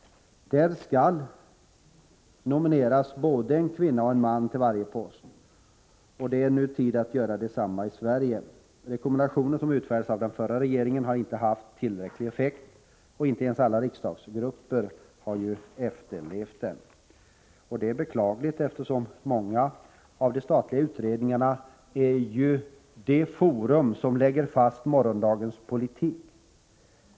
Där skall till varje post nomineras både en man och en kvinna. Det är nu tid att göra detsamma i Sverige. Rekommendationen som utfärdades av den förra regeringen har inte haft tillräcklig effekt. Inte ens alla riksdagsgrupper har efterlevt den. Detta är beklagligt eftersom många av de statliga utredningarna lägger fast morgondagens politik.